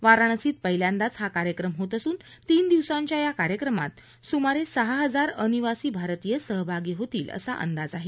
वाराणसीत पहिल्यांदाच हा कार्यक्रम होत असून तीन दिवसांच्या या संमेलनाला सुमारे सहा हजार अनिवासी भारतीय सहभागी होतील असा अंदाज आहे